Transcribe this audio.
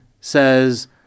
says